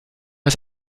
ist